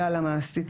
ועל המעסיק,